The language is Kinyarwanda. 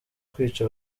kwica